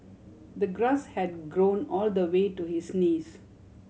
the grass had grown all the way to his knees